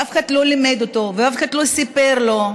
ואף אחד לא לימד אותו, ואף אחד לא סיפר לו,